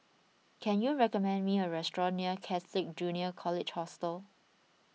can you recommend me a restaurant near Catholic Junior College Hostel